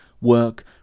work